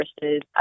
versus